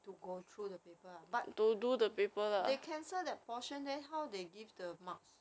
to go through the paper ah but they cancel that portion then how they give the marks